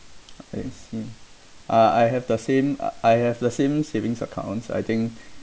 I see uh I have the same a~ I have the same savings accounts I think